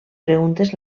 preguntes